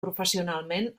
professionalment